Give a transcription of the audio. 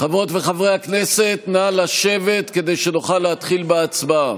חברות וחברי הכנסת נא לשבת כדי שנוכל להתחיל בהצבעה.